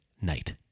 night